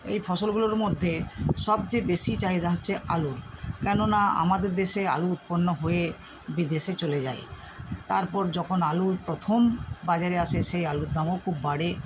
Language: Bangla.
এই ফসলগুলোর মধ্যে সবচেয়ে বেশী চাহিদা হচ্ছে আলুর কেননা আমাদের দেশে আলু উৎপন্ন হয়ে বিদেশে চলে যায় তারপর যখন আলুর প্রথম বাজারে আসে সেই আলুর দামও খুব বাড়ে